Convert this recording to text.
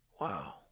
Wow